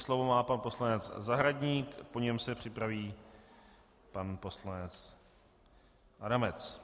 Slovo má pan poslanec Zahradník, po něm se připraví pan poslanec Adamec.